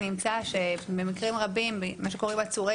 שנמצא שבמקרים רבים מה שקורה עם עצורי